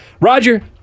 Roger